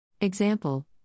Example